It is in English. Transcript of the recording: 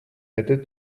added